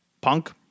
Punk